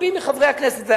רבים מחברי הכנסת,